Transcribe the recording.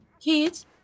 Kids